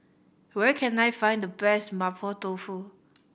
where can I find the best Mapo Tofu